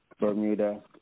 Bermuda